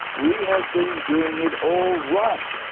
we have been doing it all wrong!